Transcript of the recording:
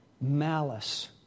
Malice